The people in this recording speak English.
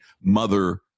mother